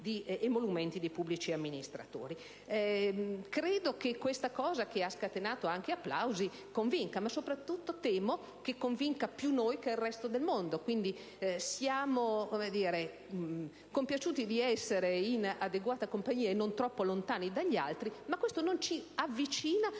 Questo dato, che ha scatenato anche applausi, convince, ma soprattutto temo che convinca più noi che il resto del mondo. Quindi, siamo compiaciuti di essere in adeguata compagnia, e non troppo lontani dagli altri, ma questo non ci avvicina